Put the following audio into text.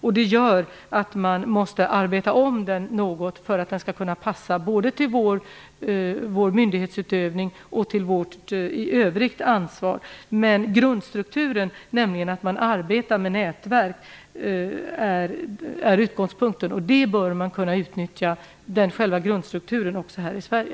Det medför att vi måste omarbeta modellen något för att den skall kunna passa både vår myndighetsutövning och till vårt ansvar i övrigt. Men grundstrukturen - att man arbetar med nätverk - bör kunna utnyttjas även här i Sverige.